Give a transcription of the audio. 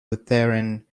lutheran